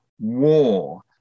war